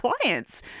clients